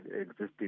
existing